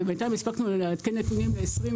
ובינתיים הספקנו לעדכן נתונים ל-2020